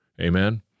Amen